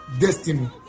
destiny